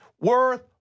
worth